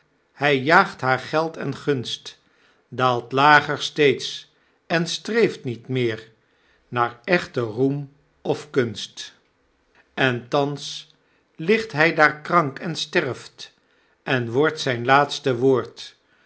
hfl jaagt naar geld en gunst daalt lager steeds en streeft niet meer naar echte roem of kunst en thans ligt hfl daar krank en sterft en wordt zgn laatste woord